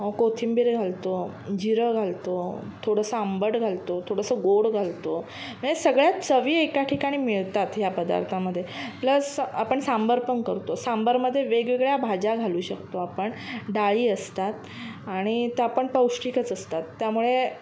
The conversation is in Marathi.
कोथिंबीर घालतो जिरं घालतो थोडंसं आंबट घालतो थोडंसं गोड घालतो सगळ्यात चवी एका ठिकाणी मिळतात ह्या पदार्थामधे प्लस आपण सांबार पण करतो सांबारमधे वेगवेगळ्या भाज्या घालू शकतो आपण डाळी असतात आणि त्या आपण पौष्टिकच असतात त्यामुळे